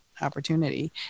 opportunity